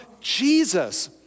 Jesus